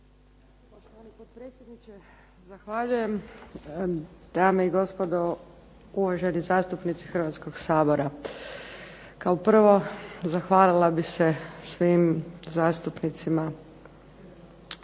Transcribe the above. Potpredsjedniče zahvaljujem, dame i gospodo, uvaženi zastupnici Hrvatskog sabora. Kao prvo zahvalila bih se svim zastupnicima ovog Sabora